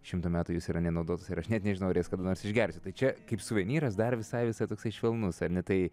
šimtą metų jos yra nenaudos ir aš net nežinau ar jas kada nors išgersiu tai čia kaip suvenyras dar visai visai toksai švelnus ar ne tai